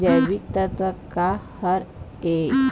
जैविकतत्व का हर ए?